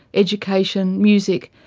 education, music,